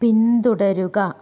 പിന്തുടരുക